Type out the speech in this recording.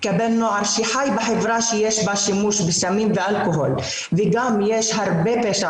כבן נוער שחי בחברה שיש בה שימוש בסמים ואלכוהול וגם יש הרבה פשע